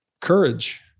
courage